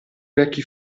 vecchi